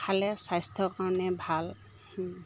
খালে স্বাস্থ্যৰ কাৰণে ভাল